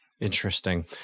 Interesting